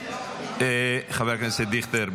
חבר הכנסת דיכטר,